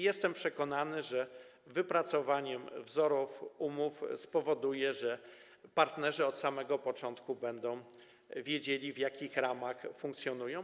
Jestem przekonany, że wypracowanie wzorów umów spowoduje, że partnerzy od samego początku będą wiedzieli, w jakich ramach funkcjonują.